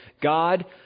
God